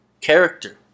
character